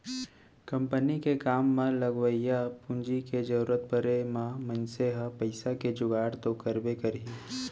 company के काम म लगवइया पूंजी के जरूरत परे म मनसे ह पइसा के जुगाड़ तो करबे करही